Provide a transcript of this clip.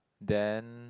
then